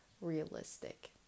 realistic